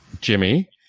Jimmy